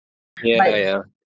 ya ya